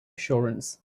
assurance